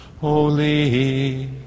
Holy